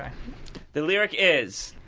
the lyric is,